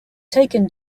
taken